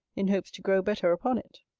in hopes to grow better upon it.